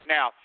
Now